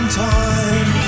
time